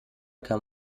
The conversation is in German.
kann